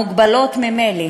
המוגבלות ממילא,